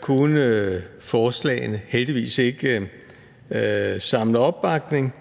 kunne forslagene heldigvis ikke samle opbakning,